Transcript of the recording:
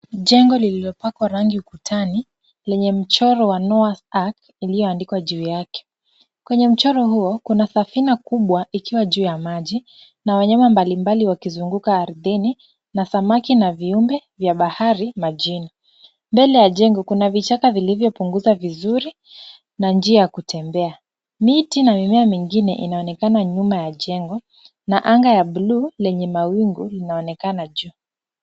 Jengo lililopakwa rangi ukutani. Lenye mchoro wa Noahs ark iliyo juu yake. Kwenye mchoro huo kuna safina kubwa ikiwa juu ya maji na wanyama mbalimbali wakizunguka ardhini na samaki na viumbe vya bahari majini. Mbele ya jengo, kuna vichaka vilivyopunguzwa vizuri na njia ya kutembea. Miti na mimea mingine inaonekana nyuma ya jengo na anga la buluu lenye mawingu linaonekana juu.